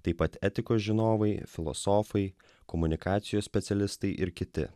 taip pat etikos žinovai filosofai komunikacijos specialistai ir kiti